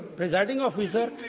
presiding officer,